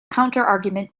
counterargument